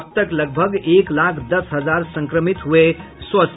अब तक लगभग एक लाख दस हजार संक्रमित हुए स्वस्थ